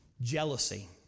Jealousy